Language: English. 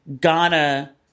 Ghana